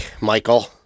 Michael